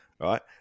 right